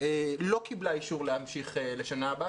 לא קיבלה אישור להמשיך לפעול בשנה הבאה.